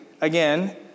again